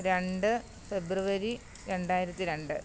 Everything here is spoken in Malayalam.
രണ്ട് ഫെബ്രുവരി രണ്ടായിരത്തി രണ്ട്